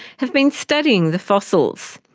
have been studying the fossils.